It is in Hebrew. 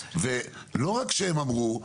ולא רק שהם אמרו,